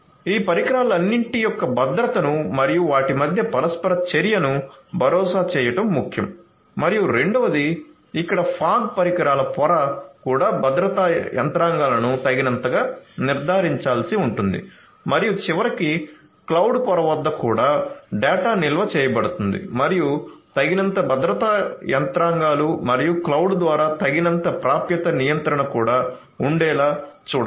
ఈ పరికరాలన్నిటి యొక్క భద్రతను మరియు వాటి మధ్య పరస్పర చర్యను భరోసా చేయడం ముఖ్యం మరియు రెండవది ఇక్కడ ఫాగ్ పరికరాల పొర కూడా భద్రతా యంత్రాంగాలను తగినంతగా నిర్ధారించాల్సి ఉంటుంది మరియు చివరకు క్లౌడ్ పొర వద్ద కూడా డేటా నిల్వ చేయబడుతుంది మరియు తగినంత భద్రతా యంత్రాంగాలు మరియు క్లౌడ్ ద్వారా తగినంత ప్రాప్యత నియంత్రణ కూడా ఉండేలా చూడాలి